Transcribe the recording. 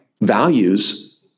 Values